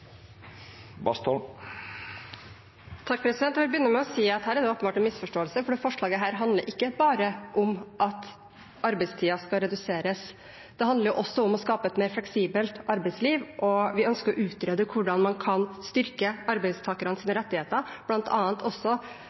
det siste. Jeg vil begynne med å si at her er det åpenbart en misforståelse, for dette forslaget handler ikke bare om at arbeidstiden skal reduseres. Det handler også om å skape et mer fleksibelt arbeidsliv, og vi ønsker å utrede hvordan man kan styrke arbeidstakernes rettigheter, bl.a. også